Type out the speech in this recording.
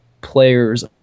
players